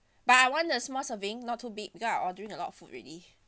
but I want the small serving not too big because I ordering a lot of food already